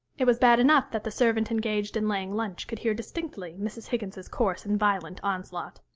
it was bad enough that the servant engaged in laying lunch could hear distinctly mrs. higgins's coarse and violent onslaught.